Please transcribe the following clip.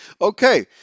okay